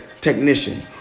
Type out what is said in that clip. technician